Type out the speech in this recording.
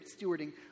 stewarding